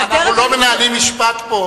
אנחנו לא מנהלים משפט פה,